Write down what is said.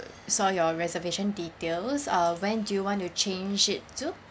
saw your reservation details uh when do you want to change it to